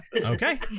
Okay